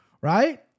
right